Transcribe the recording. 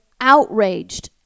outraged